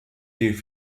die